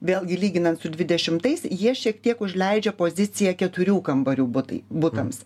vėlgi lyginant su dvidešimtais jie šiek tiek užleidžia poziciją keturių kambarių butai butams